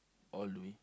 all the way